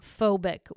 phobic